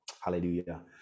hallelujah